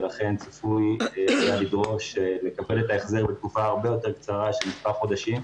ולכן צפוי לדרוש לקבל את ההחזר בתקופה הרבה יותר קצרה של מספר חודשים.